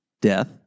death